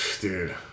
Dude